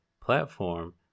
platform